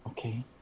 Okay